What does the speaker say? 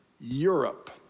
Europe